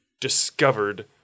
discovered